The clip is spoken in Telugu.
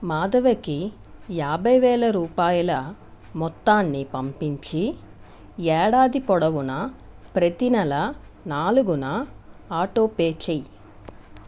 మాధవకి యాభై వేల రూపాయల మొత్తాన్ని పంపించి ఏడాది పొడవునా ప్రతీ నెల నాలుగున ఆటోపే చేయి